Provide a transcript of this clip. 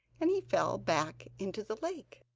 and he fell back into the lake.